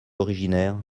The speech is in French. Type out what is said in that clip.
originaire